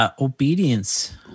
Obedience